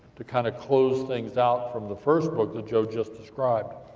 to kind of close things out from the first book, that joe just described.